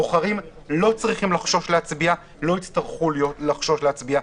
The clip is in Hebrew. הבוחרים לא צריכים לחשוש להצביע ולא יצטרכו לחשוש להצביע.